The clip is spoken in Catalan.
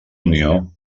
unió